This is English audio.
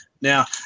Now